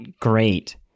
great